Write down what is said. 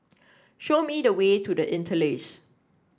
show me the way to The Interlace